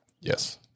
Yes